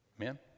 Amen